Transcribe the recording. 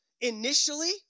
initially